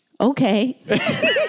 Okay